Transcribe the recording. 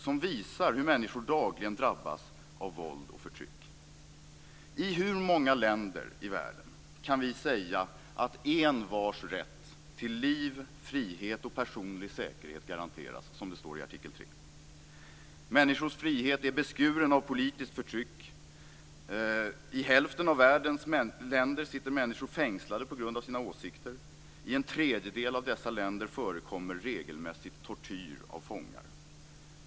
De visar hur människor dagligen drabbas av våld och förtryck. I hur många länder i världen kan vi säga att envars rätt till liv, frihet och personlig säkerhet garanteras - som det står i artikel 3? Människors frihet är beskuren av politiskt förtryck. I hälften av världens länder sitter människor fängslade på grund av sina åsikter. I en tredjedel av dessa länder förekommer regelmässigt tortyr av fångar.